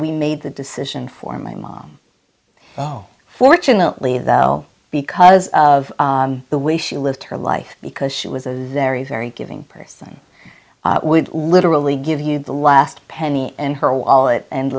we made the decision for my mom fortunately though because of the way she lived her life because she was a very very giving person would literally give you the last penny in her wallet and